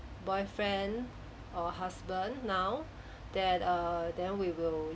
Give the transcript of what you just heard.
boyfriend or husband now that err then we will